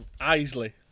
Isley